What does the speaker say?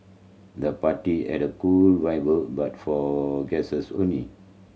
the party had a cool vibe but for guests only